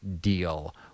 deal